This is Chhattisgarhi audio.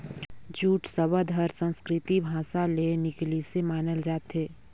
जूट सबद हर संस्कृति भासा ले निकलिसे मानल जाथे